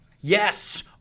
Yes